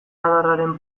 adarraren